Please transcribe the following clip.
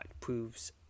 proves